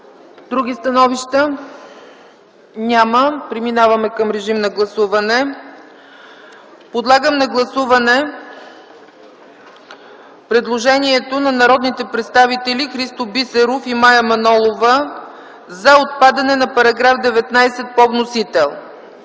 Други становища? Няма. Преминаваме към режим на гласуване. Подлагам на гласуване предложението на народните представители Христо Бисеров и Мая Манолова за отпадане на § 19 по вносител.